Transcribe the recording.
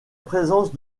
présence